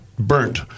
Burnt